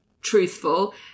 truthful